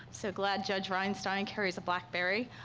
so glad judge rheinstein carries a blackberry.